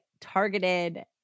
targeted